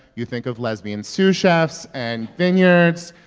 you think of lesbian sous-chefs and vineyards.